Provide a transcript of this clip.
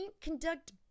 conduct